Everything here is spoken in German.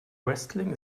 wrestling